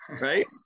right